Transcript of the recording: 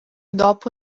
dopo